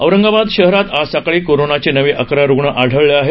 औरंगाबाद शहरात आज सकाळी कोरोनाचे नवे अकरा रुग्ण आढळले आहेत